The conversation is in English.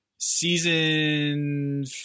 season